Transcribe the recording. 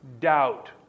doubt